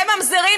והם ממזרים,